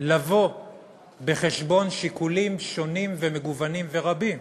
לבוא בחשבון שיקולים שונים ומגוונים ורבים: